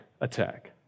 attack